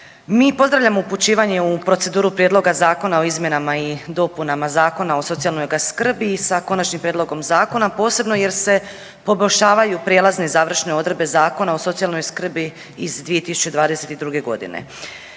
Mi pozdravljamo upućivanje u proceduru prijedloga zakona o izmjenama i dopunama Zakona o socijalnoj skrbi sa konačnim prijedlogom zakona, posebno jer se poboljšavaju prijelazne i završne odredbe Zakona o socijalnoj skrbi iz 2022. g.